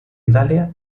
italia